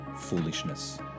Foolishness